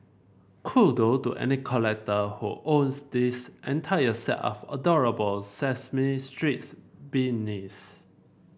to any collector who owns this entire set of adorable Sesame Streets beanies